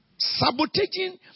sabotaging